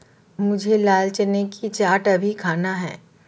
मुझे लाल चने का चाट अभी खाना है